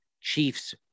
chiefs